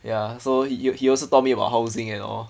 ya so he he also told me about housing and all